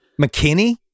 McKinney